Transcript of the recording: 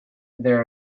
there